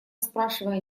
спрашивая